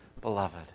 beloved